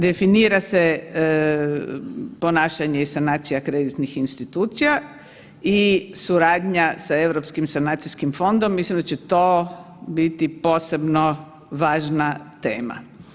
Definira se ponašanje i sanacija kreditnih institucija i suradnja sa Europskim sanacijskim fondom, mislim da će biti to posebno važna tema.